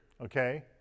okay